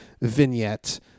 vignette